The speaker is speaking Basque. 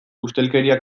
ustelkeria